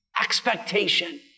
expectation